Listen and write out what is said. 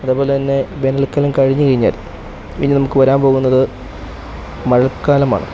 അതേപോലെ തന്നെ വേനൽക്കാലം കഴിഞ്ഞ് കഴിഞ്ഞാൽ പിന്നെ നമുക്ക് വരാൻ പോകുന്നത് മഴക്കാലമാണ്